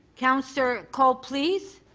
councillor colle, please.